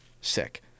Sick